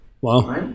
Wow